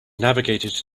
navigated